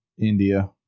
India